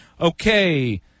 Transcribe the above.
okay